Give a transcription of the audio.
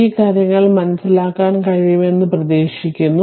ഈ കാര്യങ്ങൾ മനസ്സിലാക്കാൻ കഴിയുമെന്ന് പ്രതീക്ഷിക്കുന്നു